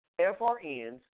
FRNs